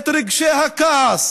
את רגשי הכעס